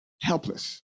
Helpless